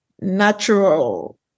natural